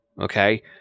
okay